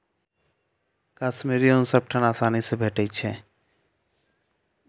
कश्मीरी ऊन सब ठाम आसानी सँ भेटैत छै